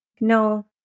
no